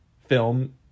film